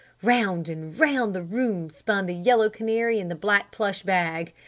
round and round the room spun the yellow canary and the black plush bag!